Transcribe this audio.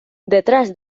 detrás